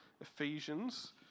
Ephesians